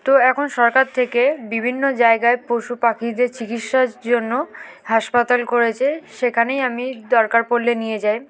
তো এখন সরকার থেকে বিভিন্ন জায়গায় পশু পাখিদের চিকিৎসার জন্য হাসপাতাল করেছে সেখানেই আমি দরকার পড়লে নিয়ে যাই